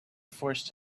forced